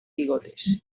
bigotes